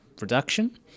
reduction